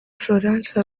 florence